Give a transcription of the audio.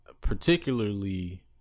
particularly